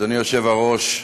אדוני היושב-ראש,